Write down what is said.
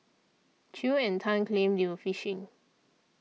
Chew and Tan claimed they were fishing